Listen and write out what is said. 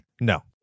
no